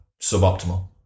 suboptimal